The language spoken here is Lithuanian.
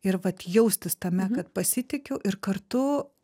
ir vat jaustis tame kad pasitikiu ir kartu